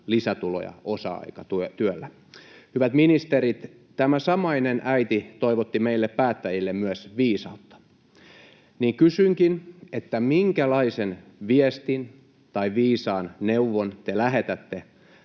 lisätuloja osa-aikatyöllä. Hyvät ministerit! Tämä samainen äiti toivotti meille päättäjille myös viisautta. Kysynkin, minkälaisen viestin tai viisaan neuvon te lähetätte